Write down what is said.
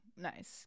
Nice